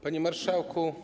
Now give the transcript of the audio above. Panie Marszałku!